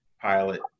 pilot